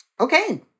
Okay